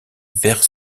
verts